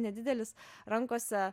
nedidelis rankose